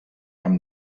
amb